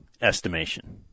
estimation